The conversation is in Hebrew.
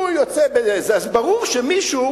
הוא יוצא, אז ברור שמישהו